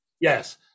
Yes